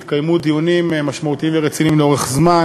התקיימו דיונים משמעותיים ורציניים לאורך זמן.